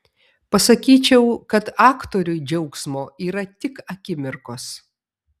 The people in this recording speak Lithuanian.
pasakyčiau kad aktoriui džiaugsmo yra tik akimirkos